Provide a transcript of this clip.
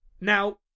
Now